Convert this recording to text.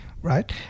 Right